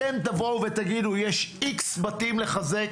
אתם תבואו ותגידו: יש איקס בתים לחזק,